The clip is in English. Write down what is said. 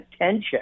attention